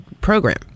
program